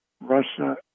Russia